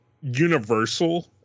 universal